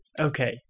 Okay